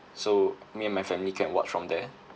so me and my family can watch from there